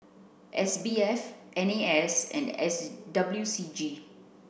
S B F N A S and S W C G